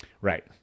Right